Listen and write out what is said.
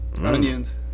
onions